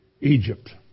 Egypt